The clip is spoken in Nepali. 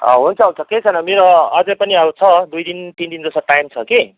अँ हुन्छ हुन्छ केही छैन मेरो अझै पनि अब छ दुई दिन तिन दिन जस्तो टाइम छ कि